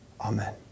Amen